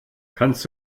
kannst